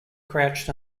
crouched